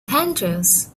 tendrils